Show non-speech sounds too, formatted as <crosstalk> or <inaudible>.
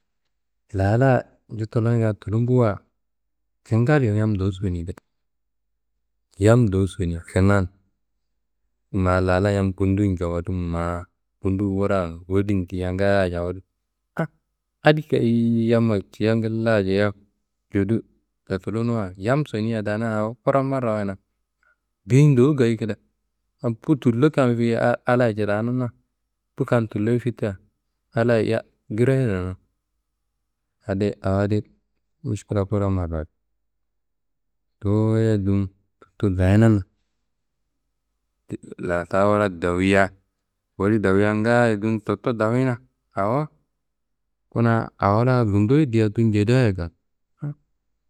Lala njutulonga tulumbuwa kingallin yam ndowu soniyi kada, yam ndowu soniyi kinan ma lala yam bunduwun jawadu ma bundu wura n woli n ciyia ngaaye jawadu ah adi teyiyi yamma ciyia ngillaro jeyo jodu cotulunuwa yam sonia daana awo kura marrawayi na, biyi ndowu gayi kida. Bu tullo kam fiyi ah Allahayi cirawununa, bu kam tulloye fitta Allahayi <unintelligible> grayinana. Adi awo adi miškla kura marrawayit. Nduwuye dun tud kayinan. <hesitation> Lartaá wura dowuyia woli dowuyia ngaaye dun tutto dowuyina awo kuna awo la gundoye diyia dun jedeyaye kal ah.